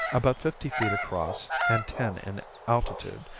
about fifty feet across and ten in altitude,